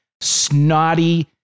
snotty